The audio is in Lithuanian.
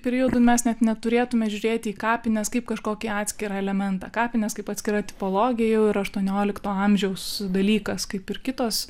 periodu mes net neturėtume žiūrėti į kapines kaip kažkokį atskirą elementą kapinės kaip atskira tipologija jau yra aštuoniolikto amžiaus dalykas kaip ir kitos